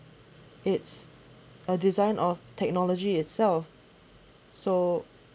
it's a design of technology itself so